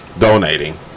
donating